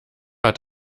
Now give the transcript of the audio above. hat